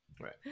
Right